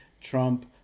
Trump